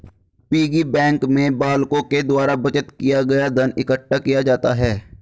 piggy bank में बालकों के द्वारा बचत किया गया धन इकट्ठा किया जाता है